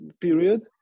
period